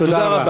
תודה רבה.